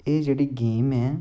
एह् जेह्ड़ी गेम ऐ